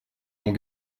bons